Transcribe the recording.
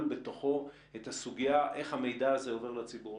בתוכו את הסוגיה איך המידע הזה עובר לציבור.